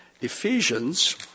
Ephesians